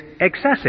excessive